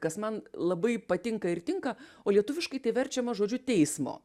kas man labai patinka ir tinka o lietuviškai tai verčiama žodžiu teismo